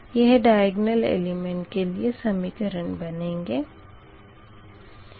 यह diagonal element के लिए समीकरण बनेंगे